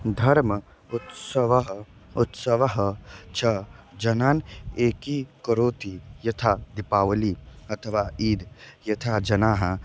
धर्म उत्सवः उत्सवः च जनान् एकीकरोति यथा दिपावलिः अथवा ईद् यथा जनाः